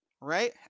right